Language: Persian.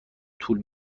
طول